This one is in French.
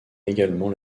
également